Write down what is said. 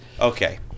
Okay